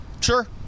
Sure